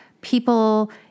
people